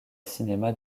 cinéma